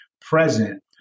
present